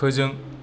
फोजों